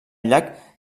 llac